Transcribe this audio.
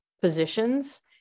positions